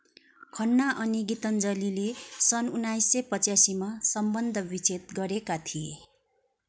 खन्ना अनि गीताञ्जलीले सन् उन्नाइस सय पचासीमा सम्बन्ध विच्छेद गरेका थिए